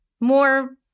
more